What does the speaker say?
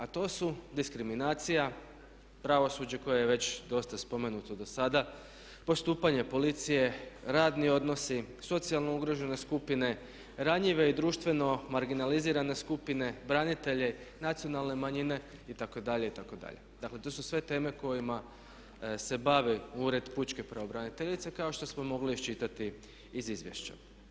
A to su diskriminacija, pravosuđe koje je već dosta spomenuto do sada, postupanje policije, radni odnosi, socijalno ugrožene skupine, ranjive i društveno marginalizirane skupine, branitelji, nacionalne manjine itd., itd. dakle, to su sve teme kojima se bavi ured pučke pravobraniteljice kao što smo iščitati iz izvješća.